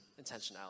Intentionality